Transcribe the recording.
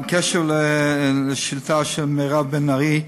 בקשר לשאילתה של מירב בן ארי,